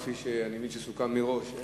כפי שסוכם מראש.